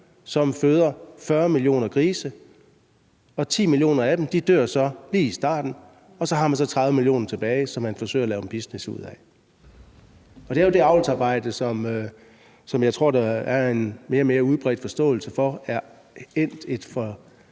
som føder 40 millioner grise, og så dør 10 millioner af dem lige i starten, og så har man 30 millioner tilbage, som man forsøger at lave en business ud af. Det er jo det avlsarbejde, som jeg tror der er en mere og mere udbredt forståelse for er endt et sted,